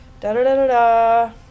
da-da-da-da-da